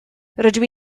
rydw